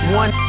one